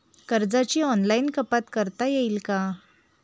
कर्जाची ऑनलाईन कपात करता येईल का?